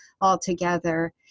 altogether